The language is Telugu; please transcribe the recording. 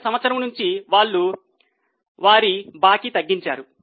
కిందటి సంవత్సరం నుంచి వారు వాళ్ల బాకీ తగ్గించారు